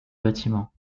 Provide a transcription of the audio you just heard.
bâtiment